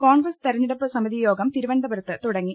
കോൺഗ്രസ് തെരഞ്ഞെടുപ്പ് സമിതി യോഗം തിരുവനന്തപു രത്ത് തുടങ്ങി